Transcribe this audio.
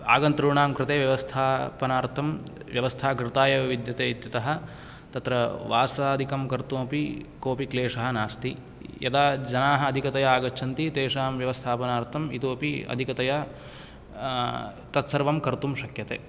आगन्तॄणां कृते व्यवस्थापनार्थं व्यवस्थाकृताय विद्यते इत्यतः तत्र वासादिकं कर्तुमपि कोऽपि क्लेशः नास्ति यदा जनाः अधिकतया आगच्छन्ति तेषां व्यवस्थापनार्थम् इतोऽपि अधिकतया तत् सर्वं कर्तुं शक्यते